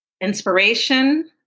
Inspiration